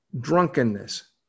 Drunkenness